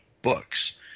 books